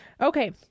Okay